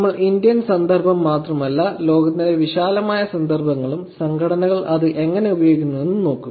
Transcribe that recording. നമ്മൾ ഇന്ത്യൻ സന്ദർഭം മാത്രമല്ല ലോകത്തിലെ വിശാലമായ സന്ദർഭങ്ങളും സംഘടനകൾ അത് എങ്ങനെ ഉപയോഗിക്കുന്നുവെന്നതും നോക്കും